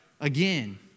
Again